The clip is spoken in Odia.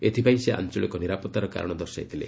ଏଥିପାଇଁ ସେ ଆଞ୍ଚଳିକ ନିରାପତ୍ତାର କାରଣ ଦର୍ଶାଇଥିଲେ